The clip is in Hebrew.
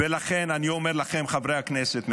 ולכן אני אומר לכם, חברי הכנסת מהליכוד,